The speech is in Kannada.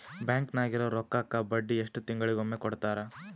ಬ್ಯಾಂಕ್ ನಾಗಿರೋ ರೊಕ್ಕಕ್ಕ ಬಡ್ಡಿ ಎಷ್ಟು ತಿಂಗಳಿಗೊಮ್ಮೆ ಕೊಡ್ತಾರ?